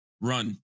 run